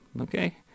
okay